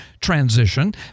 transition